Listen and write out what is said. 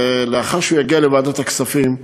ולאחר שהוא יגיע לוועדת הכספים,